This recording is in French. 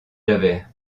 javert